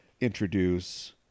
introduce